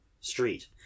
street